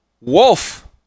Wolf